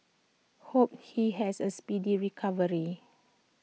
hope he has A speedy recovery